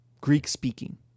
Greek-speaking